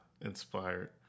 inspired